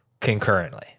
Concurrently